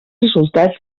resultats